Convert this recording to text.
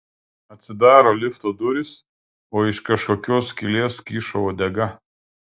atsidaro lifto durys o iš kažkokios skylės kyšo uodega